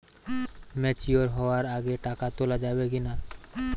Mature হওয়ার আগে টাকা তোলা যাবে কিনা?